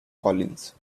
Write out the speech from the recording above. collins